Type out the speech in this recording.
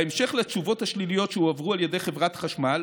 בהמשך לתשובות השליליות שהועברו על ידי חברת החשמל